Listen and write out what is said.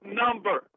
number